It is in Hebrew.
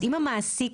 מעסיק,